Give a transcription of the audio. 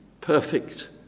perfect